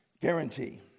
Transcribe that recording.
guarantee